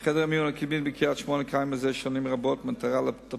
ביום י"ד בניסן תשס"ט (8 באפריל 2009): בימים אלה הובאה לידיעת